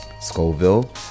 Scoville